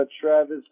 Travis